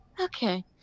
okay